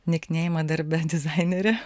nikneimą darbe dizainerė